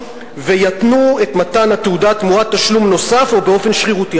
וייתנו את מתן התעודה תמורת תשלום נוסף או באופן שרירותי.